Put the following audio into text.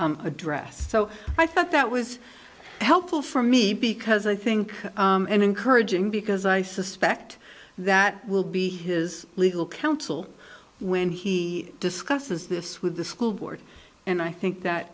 to address so i thought that was helpful for me because i think encouraging because i suspect that will be his legal counsel when he discusses this with the school board and i think that